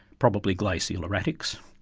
probably glacial erratics.